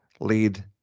lead